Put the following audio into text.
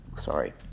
Sorry